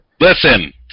Listen